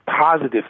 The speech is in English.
positive